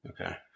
Okay